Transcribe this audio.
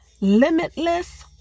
limitless